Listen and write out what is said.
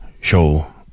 show